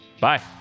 Bye